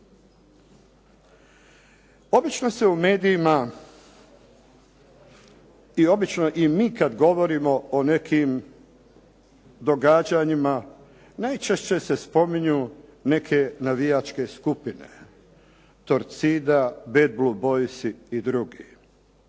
Obično se u medijima i obično kada mi govorimo o nekim događanjima, najčešće se spominju neke navijačke skupine. Torcida, Bad Blue Boysi i drugi,